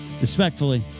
respectfully